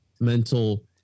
mental